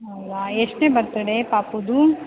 ಹೌದಾ ಎಷ್ಟನೇ ಬರ್ತಡೇ ಪಾಪುದು